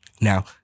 Now